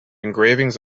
engravings